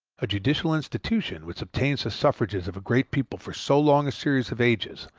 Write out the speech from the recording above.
a judicial institution which obtains the suffrages of a great people for so long a series of ages,